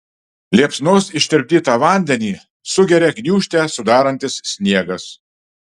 liepsnos ištirpdytą vandenį sugeria gniūžtę sudarantis sniegas